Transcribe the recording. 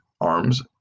arms